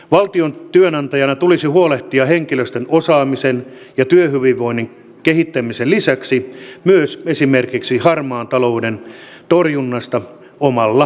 valtion työnantajana tulisi huolehtia henkilöstön osaamisen ja työhyvinvoinnin kehittämisen lisäksi myös esimerkiksi harmaan talouden torjunnasta omalla painavalla osallaan